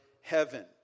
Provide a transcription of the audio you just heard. heaven